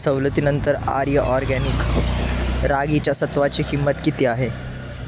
सवलतीनंतर आर्य ऑरगॅनिक रागीच्या सत्वाची किंमत किती आहे